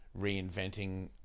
reinventing